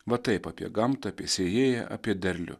va taip apie gamtą apie sėjėją apie derlių